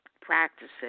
practices